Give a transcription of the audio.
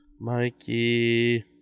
Mikey